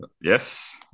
Yes